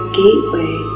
gateway